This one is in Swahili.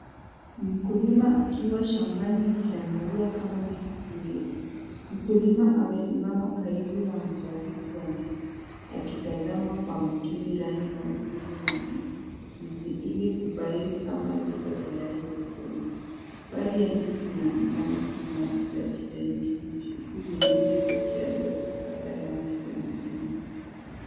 Mkulima akiwa shambani akiangalia kama ndizi zimeiva, mkulima amesimama karibu na mzabibu wa ndizi akitazama kwa makini rangi na ukubwa wa ndizi hizi ili kubaini kama ziko tayari kuvunwa. Baadhi ya ndizi zinaonekana kuwa za kijani kibichi huku zingine zikianza kupata rangi ya manjano.